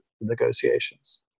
negotiations